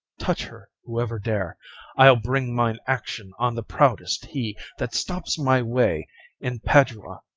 touch her whoever dare i'll bring mine action on the proudest he that stops my way in padua.